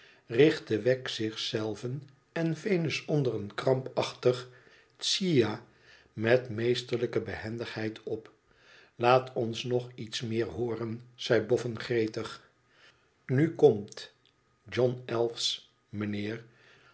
richtte wegg zich zelven en venus onder en krampachtig tischa met meesterlijke behendigheid op laat ons nog iets meer hooren zei boffin gretig nu komt john elwes mijnheer